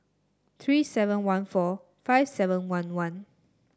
three seven one four five seven one one